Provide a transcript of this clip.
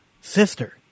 sister